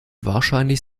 wahrscheinlich